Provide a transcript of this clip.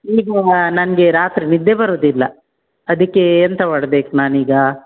ಈಗ ನನಗೆ ರಾತ್ರಿ ನಿದ್ದೆ ಬರುವುದಿಲ್ಲ ಅದಕ್ಕೆ ಎಂತ ಮಾಡ್ಬೇಕು ನಾನೀಗ